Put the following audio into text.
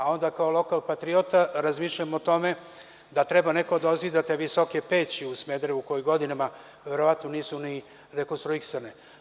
Onda kao lokal patriota razmišljam o tome da treba neko da ozida te visoke peći u Smederevu, koje godinama verovatno nisu ni rekonstruisane.